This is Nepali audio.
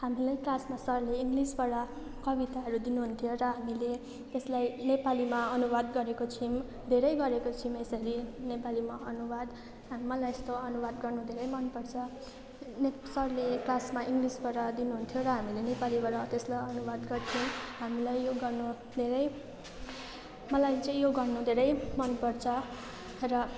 हामीलाई क्लासमा सरले इङ्लिसबाट कविताहरू दिनुहुन्थ्यो र हामीले यसलाई नेपालीमा अनुवाद गरेको छौँ धेरै गरेको छौँ यसरी नेपालीमा अनुवाद हा मलाई यस्तो अनुवाद गर्नु धेरै मनपर्छ नेप सरले क्लासमा इङ्लिसबाट दिनुहुन्थ्यो र हामीले नेपालीबाट त्यसलाई अनुवाद गर्थ्यौँ हामीलाई यो गर्नु धेरै मलाई चाहिँ यो गर्नु धेरै मनपर्छ र